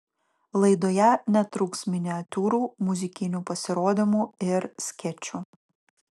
laidoje netruks miniatiūrų muzikinių pasirodymų ir skečų